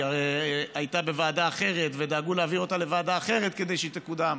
היא הייתה בוועדה אחרת ודאגו להעביר אותה לוועדה כדי שהיא תקודם.